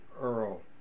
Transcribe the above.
Earl